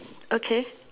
okay